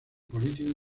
político